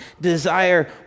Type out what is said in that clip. desire